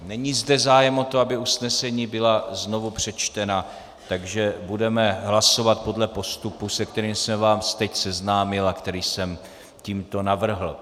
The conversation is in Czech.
Není zde zájem o to, aby usnesení byla znovu přečtena, takže budeme hlasovat podle postupu, se kterým jsem vás teď seznámil a který jsem tímto navrhl.